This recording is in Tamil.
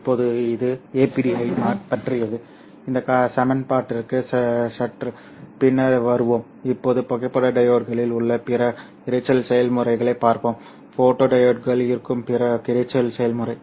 இப்போது இது APD யைப் பற்றியது இந்த சமன்பாட்டிற்கு சற்று பின்னர் வருவோம் இப்போது புகைப்பட டையோட்களில் உள்ள பிற இரைச்சல் செயல்முறைகளைப் பார்ப்போம் ஃபோட்டோடியோட்களில் இருக்கும் பிற இரைச்சல் செயல்முறை